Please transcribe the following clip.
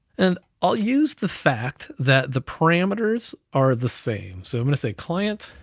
and i'll use the fact that the parameters are the same. so i'm gonna say client